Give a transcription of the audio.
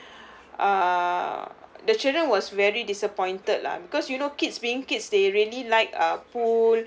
uh the children was very disappointed lah because you know kids being kids they really like uh pool